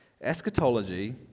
eschatology